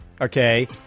okay